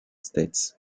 states